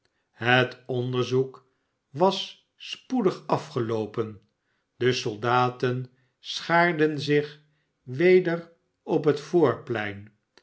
het onderzoek was spoedig afgeloopen de soldaten schaarden zich weder op het voorplein